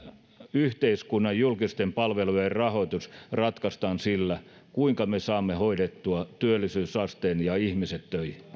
yhteiskunnan julkisten palvelujen rahoitus ratkaistaan sillä kuinka me saamme hoidettua työllisyysasteen ja ihmiset töihin